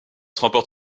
remporte